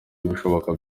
ibishoboka